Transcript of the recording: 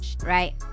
Right